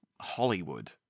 Hollywood